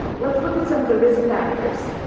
let's look at some of the risk factors.